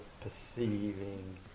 perceiving